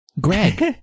Greg